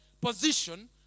position